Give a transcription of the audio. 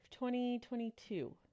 2022